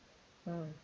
mm